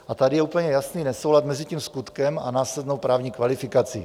A tady je úplně jasný nesoulad mezi skutkem a následnou právní kvalifikací.